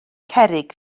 cerrig